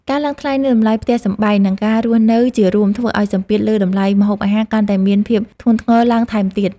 ការឡើងថ្លៃនៃតម្លៃផ្ទះសម្បែងនិងការរស់នៅជារួមធ្វើឱ្យសម្ពាធលើតម្លៃម្ហូបអាហារកាន់តែមានភាពធ្ងន់ធ្ងរឡើងថែមទៀត។